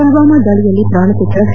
ಪುಲ್ವಾಮಾ ದಾಳಿಯಲ್ಲಿ ಪ್ರಾಣತೆತ್ತ ಸಿ